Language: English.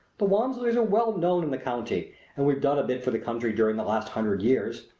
the walmsleys are well known in the county and we've done a bit for the country during the last hundred years.